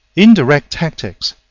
indirect tactics,